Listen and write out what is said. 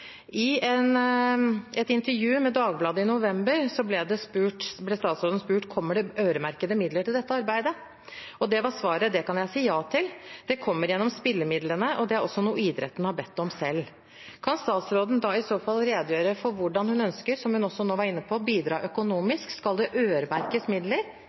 arbeidet? Da var svaret: «Det kan jeg si ja til. Det kommer gjennom spillemidlene og det er også noe idretten har bedt om selv.» Kan statsråden i så fall redegjøre for hvordan hun ønsker, som hun også nå var inne på, å bidra økonomisk? Skal det øremerkes midler